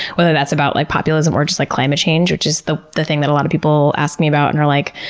whether that's about like populism or just like climate change, which is the the thing that a lot of people ask me about, and they're like,